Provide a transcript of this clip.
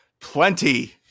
plenty